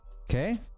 Okay